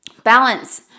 Balance